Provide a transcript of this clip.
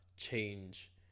Change